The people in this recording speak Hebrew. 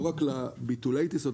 לא רק לעניין של ביטולי הטיסות,